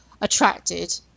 attracted